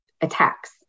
attacks